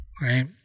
Right